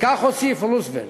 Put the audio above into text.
וכך הוסיף רוזוולט: